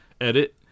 edit